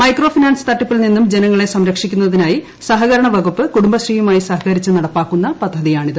micro finance തട്ടിപ്പിൽ നിന്നും ജനങ്ങളെ സംരക്ഷിക്കുന്നതിനായി സഹകരണവകുപ്പ് കുടുംബശ്രീയുമായി സഹകരിച്ചു നടപ്പിലാക്കുന്ന പദ്ധതിയാണിത്